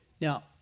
Now